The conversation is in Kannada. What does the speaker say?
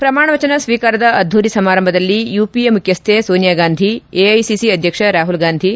ಪ್ರಮಾಣವಚನ ಸ್ನೀಕಾರದ ಅದ್ಧೂರಿ ಸಮಾರಂಭದಲ್ಲಿ ಯುಪಿಎ ಮುಖ್ನಶ್ನೆ ಸೋನಿಯಾಗಾಂಧಿ ಎಐಸಿಸಿ ಅಧ್ಯಕ್ಷ ರಾಹುಲ್ಗಾಂಧಿ